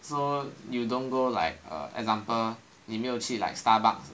so you don't go like err example 你没有去 like Starbucks